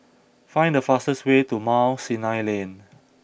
find the fastest way to Mount Sinai Lane